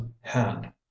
hand